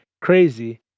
Crazy